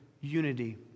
unity